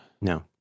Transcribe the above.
no